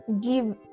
give